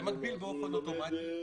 אם לא, הוא לומד בישיבה.